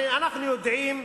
הרי אנחנו יודעים,